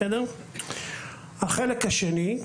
החלק השני,